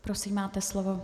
Prosím máte slovo.